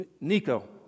Nico